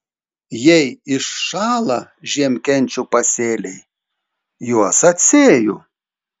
jei iššąla žiemkenčių pasėliai juos atsėju